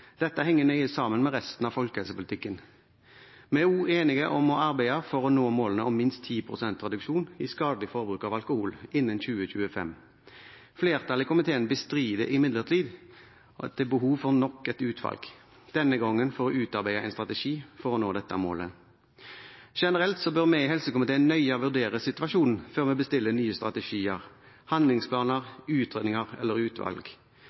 Dette henger nøye sammen med resten av folkehelsepolitikken. Vi er også enige om å arbeide for å nå målet om minst 10 pst. reduksjon i skadelig forbruk av alkohol innen 2025. Flertallet i komiteen bestrider imidlertid at det er behov for nok et utvalg, denne gangen for å utarbeide en strategi for å nå dette målet. Generelt bør vi i helsekomiteen nøye vurdere situasjonen før vi bestiller nye strategier, handlingsplaner, utredninger eller utvalg.